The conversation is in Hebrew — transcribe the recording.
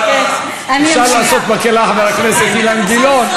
אפשר לעשות מקהלה, חבר הכנסת אילן גילאון.